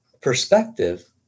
Perspective